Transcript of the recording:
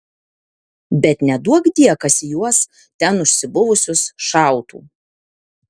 bet neduokdie kas į juos ten užsibuvusius šautų